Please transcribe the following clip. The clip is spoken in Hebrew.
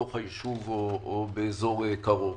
בתוך היישוב או באזור קרוב.